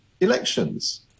elections